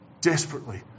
Desperately